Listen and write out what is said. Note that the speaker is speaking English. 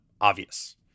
obvious